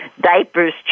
diapers